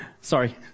Sorry